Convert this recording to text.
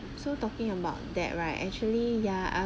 so talking about right actually ya